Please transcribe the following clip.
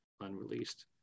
unreleased